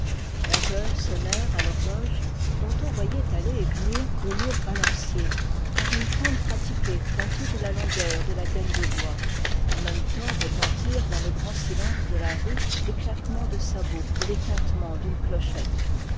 onze heures sonnèrent à l'horloge dont on voyait aller et venir le lourd balancier par une fente pratiquée dans toute la longueur de la gaine de bois en même temps retentirent dans le grand silence de la rue des claquements de sabots et les tintements d'une clochette